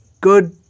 good